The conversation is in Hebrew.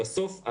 בסוף,